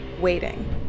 waiting